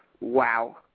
Wow